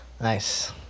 Nice